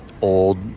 old